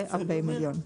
ל- 40 מיליון.